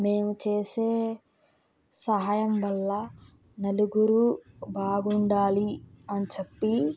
మేము చేసే సహాయం వల్ల నలుగురు బాగుండాలి అని చెప్పి